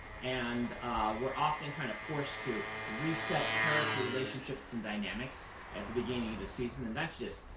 and were often kind of forced to reset character relationships and dynamics at the beginning of a season. and that's just,